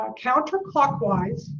counterclockwise